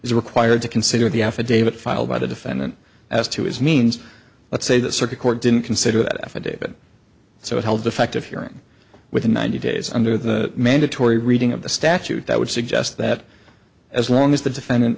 is required to consider the affidavit filed by the defendant as to his means let's say the circuit court didn't consider that affidavit so it held effective hearing within ninety days under the mandatory reading of the statute that would suggest that as long as the defendant